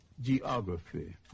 geography